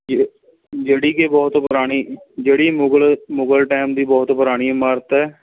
ਜਿ ਜਿਹੜੀ ਕਿ ਬਹੁਤ ਪੁਰਾਣੀ ਜਿਹੜੀ ਮੁਗਲ ਮੁਗਲ ਟਾਈਮ ਦੀ ਬਹੁਤ ਪੁਰਾਣੀ ਇਮਾਰਤ ਹੈ